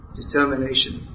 determination